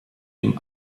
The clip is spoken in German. dem